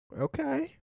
Okay